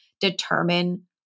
determine